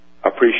Appreciate